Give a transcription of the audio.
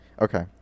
Okay